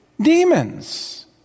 Demons